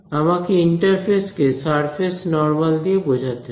আমাকে ইন্টারফেস কে surface normal দিয়ে বোঝাতে হয়